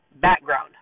background